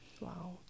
Wow